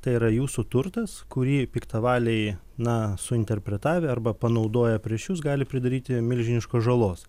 tai yra jūsų turtas kurį piktavaliai na suinterpretavę arba panaudoję prieš jus gali pridaryti milžiniškos žalos